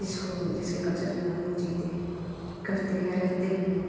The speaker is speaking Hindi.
जिसको जिसके कल्चर में हम लोग जीते हैं करते हैं रहते भी हैं